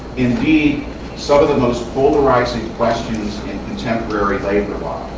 indeed, some of the most polarizing questions in contemporary labor law.